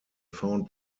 found